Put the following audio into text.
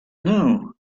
know